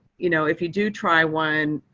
you know, if you do try one,